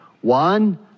One